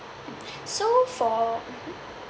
so for mmhmm